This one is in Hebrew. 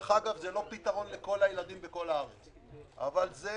אגב, זה לא פתרון לכל הילדים בכל הארץ אבל זו